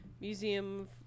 Museum